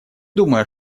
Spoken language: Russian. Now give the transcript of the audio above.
думаю